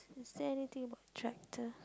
is there anything about the tractor